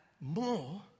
more